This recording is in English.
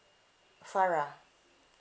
farah